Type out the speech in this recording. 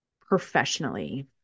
professionally